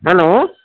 hello